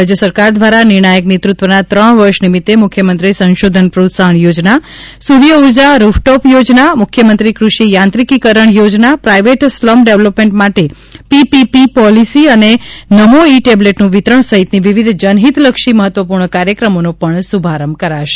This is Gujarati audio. રાજ્ય સરકાર દ્વારા નિર્ણાયક નેતૃત્વના ત્રણ વર્ષ નિમિત્તે મુખ્યમંત્રી સંશોધન પ્રોત્સાહન યોજના સૂર્ય ઊર્જા રૂફટોપ યોજના સૂર્ય ગુજરાત મુખ્યમંત્રી કૃષિ યાંત્રીકિકરણ યોજના પ્રાઇવેટ સ્લમ ડેવલપમેન્ટ માટે પીપીપી પોલીસી અને નમો ઇ ટેબલેટનું વિતરણ સહિતની વિવિધ જનહિતલક્ષી મહત્વપૂર્ણ કાર્યક્રમોનો પણ શુભારંભ કરાશે